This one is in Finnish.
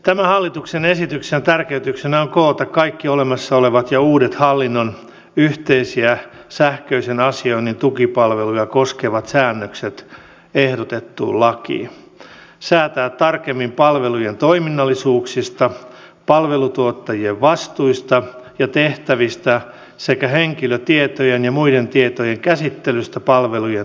tämän hallituksen esityksen tarkoituksena on koota kaikki olemassa olevat ja uudet hallinnon yhteisiä sähköisen asioinnin tukipalveluja koskevat säännökset ehdotettuun lakiin säätää tarkemmin palvelujen toiminnallisuuksista palvelutuottajien vastuista ja tehtävistä sekä henkilötietojen ja muiden tietojen käsittelystä palvelujen tuottamiseksi